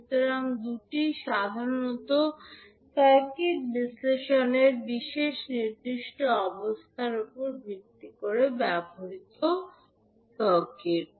সুতরাং এই দুটি সাধারণত সার্কিট বিশ্লেষণের নির্দিষ্ট অবস্থার উপর ভিত্তি করে ব্যবহৃত সার্কিট